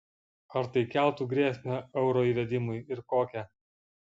ar tai keltų grėsmę euro įvedimui ir kokią